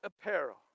apparel